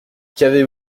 qu’avez